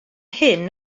hyn